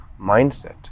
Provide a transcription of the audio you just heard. mindset